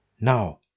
Now